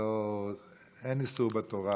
אין איסור בתורה